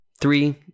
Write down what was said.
Three